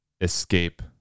escape